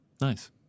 Nice